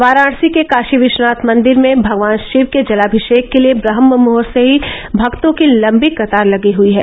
वाराणसी के काशी विश्वनाथ मंदिर में भगवान शिव के जलाभिषेक के लिए ब्रह्ममुहूर्त से ही भक्तों की लंबी कतार लगी हुयी है